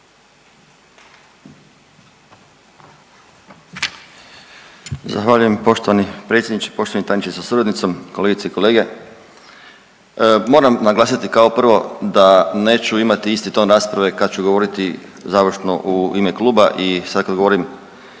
Zahvaljujem poštovani predsjedniče. Poštovani tajniče sa suradnicom, kolegice i kolege, moram naglasiti kao prvo da neću imati isti ton rasprave kad ću govoriti završno u ime kluba i sad kad govorim